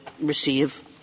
receive